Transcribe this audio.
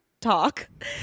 talk